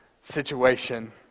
situation